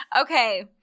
Okay